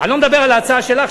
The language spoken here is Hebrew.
אני לא מדבר על ההצעה שלך,